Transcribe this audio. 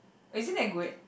is it that good